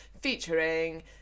featuring